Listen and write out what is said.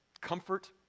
comfort